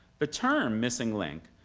the term, missing link,